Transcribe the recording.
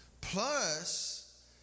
plus